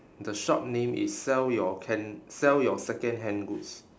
the shop name is sell your can sell your secondhand goods